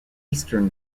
eastern